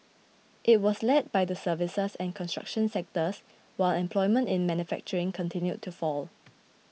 it was led by the services and construction sectors while employment in manufacturing continued to fall